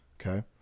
Okay